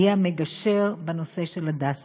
יהיה המגשר בנושא של הדסה.